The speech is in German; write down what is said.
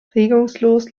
regungslos